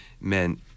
meant